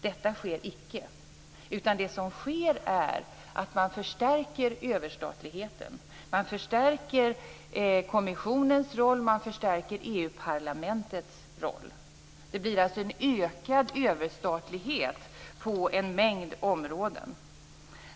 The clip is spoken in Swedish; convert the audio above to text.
Detta sker icke. Det som sker är att man förstärker överstatligheten. Man förstärker kommissionens roll och EU parlamentets roll. Det blir alltså en ökad överstatlighet på en mängd områden.